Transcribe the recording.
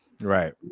Right